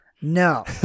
No